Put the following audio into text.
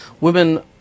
women